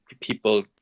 people